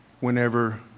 whenever